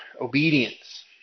obedience